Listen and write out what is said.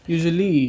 Usually